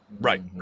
right